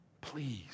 Please